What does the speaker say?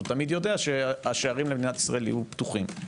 תמיד יודע ששערי מדינת ישראל יהיו פתוחים.